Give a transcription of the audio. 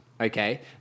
okay